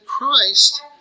Christ